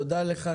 תודה לך,